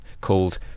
called